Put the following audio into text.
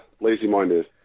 lazy-minded